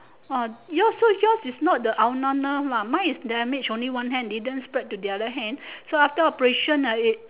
ah yours so yours is not the aunana lah my is damage only one hand didn't spread to the other hand so after operation ah it